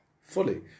fully